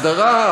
הסדרה,